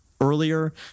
earlier